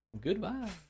Goodbye